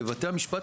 בבתי המשפט,